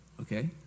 Okay